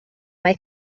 mae